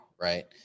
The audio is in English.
right